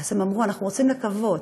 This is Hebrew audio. אז הם אמרו: אנחנו רוצים לקוות.